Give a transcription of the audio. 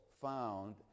found